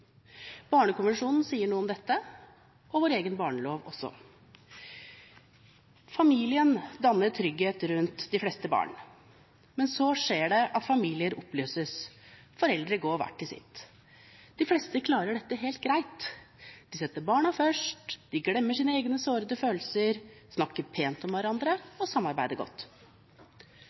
Barnekonvensjonen sier noe om dette, og vår egen barnelov også. Familien danner trygghet rundt de fleste barn, men så skjer det at familier oppløses, at foreldre går hver til sitt. De fleste klarer dette helt greit. De setter barna